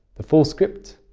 the full script,